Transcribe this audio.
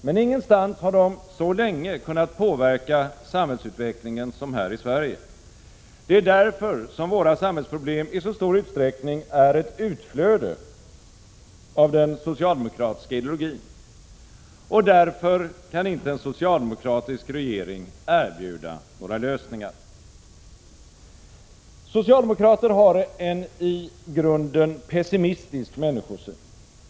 Men ingenstans har de så länge kunnat påverka samhällsutvecklingen som här i Sverige. Det är därför som våra samhällsproblem i så stor utsträckning är ett utflöde av den socialdemokratiska ideologin. Och därför kan inte en socialdemokratisk regering erbjuda några lösningar. Socialdemokrater har en i grunden pessimistisk människosyn.